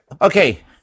okay